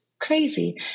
crazy